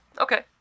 Okay